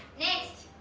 next!